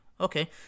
Okay